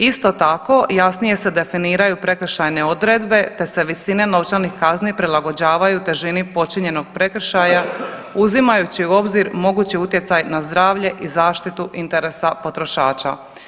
Isto tako, jasnije se definiraju prekršajne odredbe, te se visine novčanih kazni prilagođavaju težini počinjenog prekršaja uzimajući u obzir mogući utjecaj na zdravlje i zaštitu interesa potrošača.